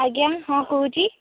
ଆଜ୍ଞା ହଁ କହୁଛି